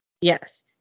Yes